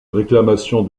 réclamation